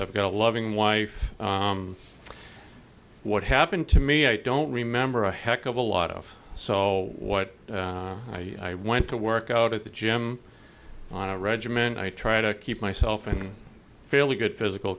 i've got a loving wife what happened to me i don't remember a heck of a lot of so what i went to work out at the gym on a regimen i try to keep myself in fairly good physical